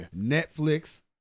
netflix